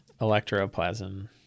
electroplasm